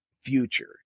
future